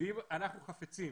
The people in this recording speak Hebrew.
ואם אנחנו חפצים